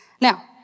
Now